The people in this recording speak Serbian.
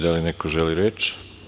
Da li neko želi reč?